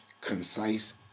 concise